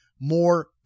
more